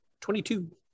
Twenty-two